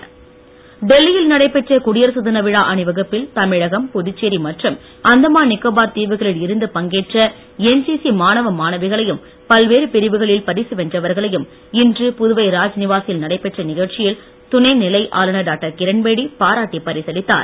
கிரண்பேடி டெல்லியில் நடைபெற்ற குடியரசு தின விழா அணிவகுப்பில் தமிழகம் புதுச்சேரி மற்றும் அந்தமான் நிக்கோபார் தீவுகளில் இருந்து பங்கேற்ற என்சிசி மாணவ மாணவிகளையும் பல்வேறு பிரிவுகளில் பரிசு வென்றவர்களையும் இன்று புதுவை ராஜ்நிவாசில் நடைபெற்ற நிகழ்ச்சியில் துணை நிலை ஆளுநர் டாக்டர் கிரண்பேடி பாராட்டி பரிசளித்தார்